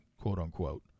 quote-unquote